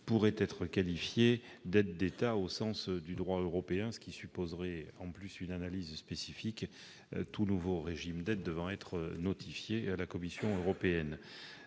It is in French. être qualifiée d'aide d'État au sens du droit européen, ce qui supposerait une analyse spécifique, tout nouveau régime d'aide devant être notifié à la Commission européenne.